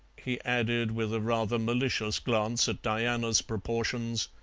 he added, with a rather malicious glance at diana's proportions,